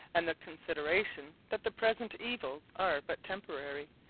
and the consideration that the present evils are but temporary,